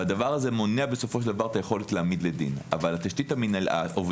הדבר הזה מונע את היכולת להעמיד לדין אבל התשתית העובדתית